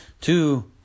Two